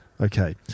Okay